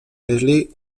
leslie